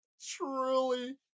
Truly